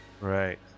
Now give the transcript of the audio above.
Right